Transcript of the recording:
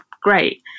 great